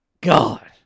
God